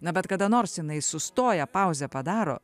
na bet kada nors jinai sustoja pauzę padaro